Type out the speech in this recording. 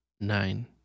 nine